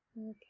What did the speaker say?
Okay